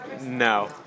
No